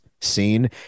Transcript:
scene